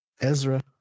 Ezra